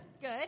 Good